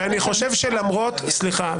סליחה.